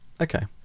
Okay